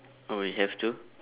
oh we have to